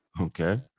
Okay